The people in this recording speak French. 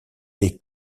des